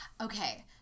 Okay